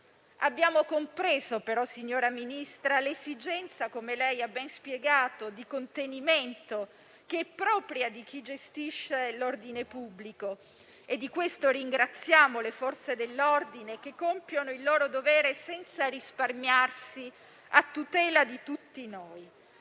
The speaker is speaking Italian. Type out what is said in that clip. Abbiamo però compreso, signora Ministra - come lei ha ben spiegato - l'esigenza di contenimento che è propria di chi gestisce l'ordine pubblico, e di questo ringraziamo le Forze dell'ordine che compiono il loro dovere, senza risparmiarsi, a tutela di tutti noi.